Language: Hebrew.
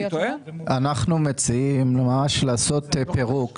אנחנו מציעים לעשות ממש פירוט,